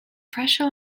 pressure